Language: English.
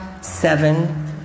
seven